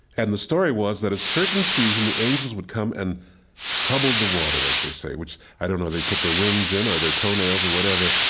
and the story was that a certain season, the angels would come and trouble the water, as they say, which, i don't know, they put their wings in or their toenails or whatever.